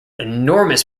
enormous